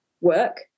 work